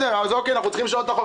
נכון, אנחנו צריכים לשנות את החוק.